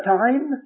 time